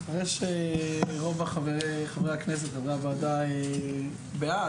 אני מבין שחברי הכנסת חברי הוועדה בעד.